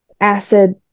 acid